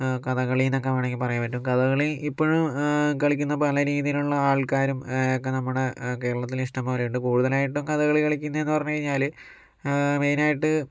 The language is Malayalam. കഥകളിയെന്നൊക്കെ വേണമെങ്കിൽ പറയാൻ പറ്റും കഥകളി ഇപ്പോഴും കളിക്കുന്ന പല രീതിയിലുള്ള ആൾക്കാരും ഒക്കെ നമ്മുടെ കേരളത്തിൽ ഇഷ്ട്ടം പോലെ ഉണ്ട് കൂടുതലായിട്ടും കഥകളി കളിക്കുന്നതെന്ന് പറഞ്ഞ് കഴിഞ്ഞാല് മെയ്നായിട്ട്